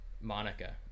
Monica